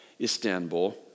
Istanbul